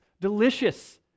delicious